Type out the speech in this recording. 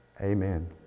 amen